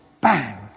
bang